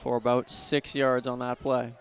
for about six yards on that play